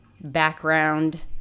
background